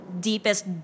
deepest